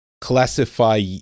classify